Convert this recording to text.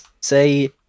say